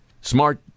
smart